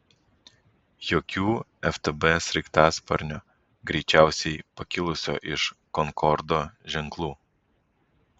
jokių ftb sraigtasparnio greičiausiai pakilusio iš konkordo ženklų